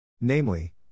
Namely